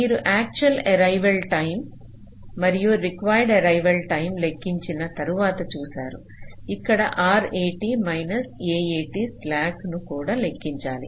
మీరు actual arrival time మరియు required arrival time లెక్కించిన తర్వాత చూశారు ఇక్కడ RAT మైనస్ AAT స్లాక్ ను కూడా లెక్కించాలి